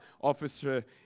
officer